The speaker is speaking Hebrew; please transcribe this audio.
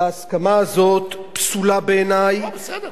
וההסכמה הזאת פסולה בעיני, לא, בסדר.